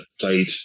played